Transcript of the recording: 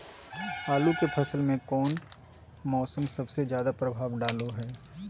आलू के फसल में कौन मौसम सबसे ज्यादा प्रभाव डालो हय?